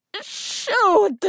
Shoot